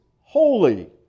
holy